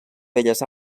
belles